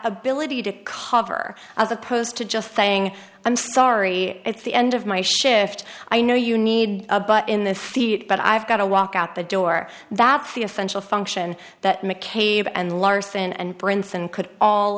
ability to cover as opposed to just saying i'm sorry it's the end of my shift i know you need but in this period but i've got to walk out the door that's the essential function that mccabe and larson and brinson